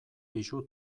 pisu